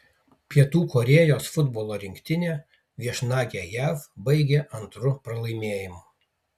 pietų korėjos futbolo rinktinė viešnagę jav baigė antru pralaimėjimu